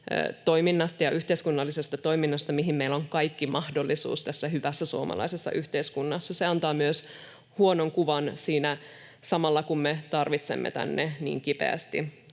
ja yhteiskunnallisesta toiminnasta, mihin meillä on kaikki mahdollisuus tässä hyvässä suomalaisessa yhteiskunnassa. Rasismi antaa myös huonon kuvan siinä samalla, kun me tarvitsemme tänne niin kipeästi